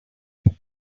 then